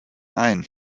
ein